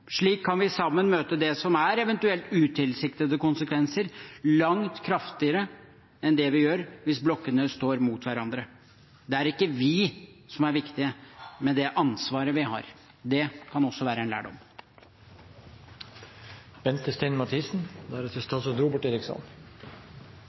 Slik kan vi sammen møte det som er eventuelt utilsiktede konsekvenser, langt kraftigere enn det vi gjør hvis blokkene står mot hverandre. Det er ikke vi som er viktige, men det ansvaret vi har. Det kan også være en lærdom.